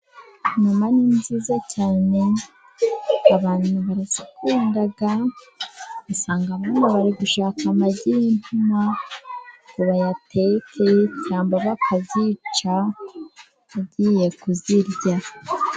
Inuma ni nziza cyane. Abantu barazikunda usanga bamwe bari gushaka amagi y'inuma ngo bayateke, cyangwa bakazica bagiye kuzirya.